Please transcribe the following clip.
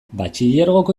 batxilergoko